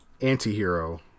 anti-hero